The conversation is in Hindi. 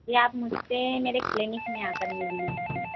या आप मुझसे मेरे क्लिनिक में आकर मिल लीजिए